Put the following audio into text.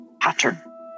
pattern